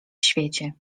świecie